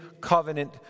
covenant